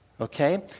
Okay